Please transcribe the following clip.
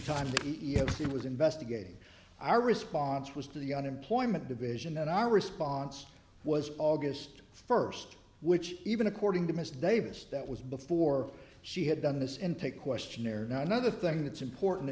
it was investigating our response was to the unemployment division and our response was august first which even according to miss davis that was before she had done this and take questionnaire now another thing that's important